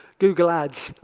google ads.